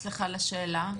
סליחה על השאלה.